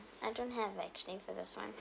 I don't have actually for this one